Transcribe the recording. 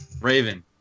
Raven